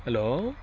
hello